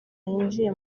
yinjiye